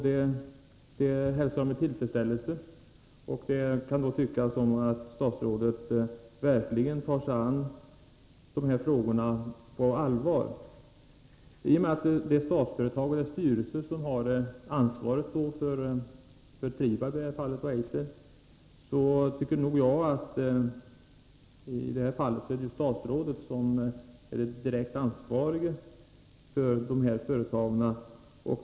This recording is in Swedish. Det hälsar jag med tillfredsställelse. Det kan då tyckas som om statsrådet verkligen tar sig an dessa frågor på allvar. I och med att det är Statsföretag och dess styrelse som har ansvaret för Trivab och Eiser tycker jag att det är statsrådet som är den direkt ansvarige för de företagen.